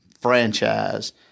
franchise